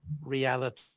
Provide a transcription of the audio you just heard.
reality